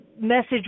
message